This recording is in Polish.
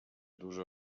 dużo